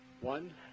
One